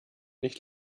nicht